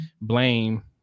blame